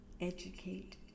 educate